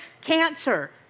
cancer